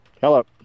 Hello